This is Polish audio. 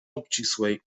obcisłej